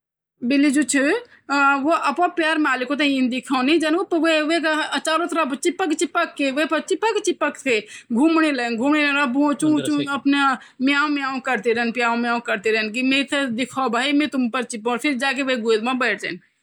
भेड़िये जो चीन वो अपने परितंत्र अपह संतुलन कनके बनोंद यो सबसे बड़ो क्वेश्चन ची वो क्या होन्दु सबके सबके यो ग्रुप मा होन्दु और बड़ी भूमिका होंदी वो यो ग्रुप माँ होंद और वो क्या कण की अपह यो मुखिया चुनड़ जन हमउ घरो मुखिया होन्दु देश मुख्या हौंडा तोह उन्हों भी आपस माँ यो मुखिया होन्दु वो जन बोलोलु वन हे सबुन कण